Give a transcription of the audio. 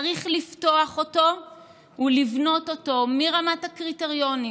צריך לפתוח אותו ולבנות אותו מרמת הקריטריונים